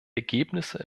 ergebnisse